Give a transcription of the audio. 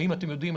האם אתם יודעים,